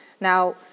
Now